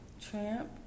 Tramp